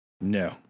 No